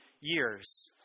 years